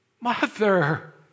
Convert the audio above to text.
mother